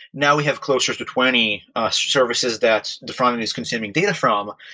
now we have closer to twenty services that the frontend is consuming data from.